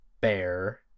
bear